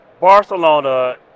Barcelona